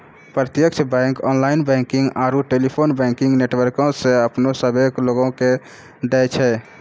प्रत्यक्ष bank online banking आरू telephone banking नेटवर्को से अपनो सेबा लोगो के दै छै